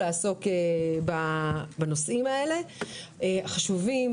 לעסוק בנושאים האלה שהם חשובים,